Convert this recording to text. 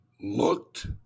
looked